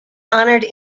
honored